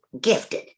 Gifted